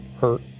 hurt